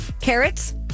carrots